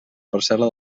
parcel·la